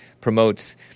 promotes